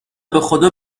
بخدا